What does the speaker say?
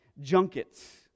junkets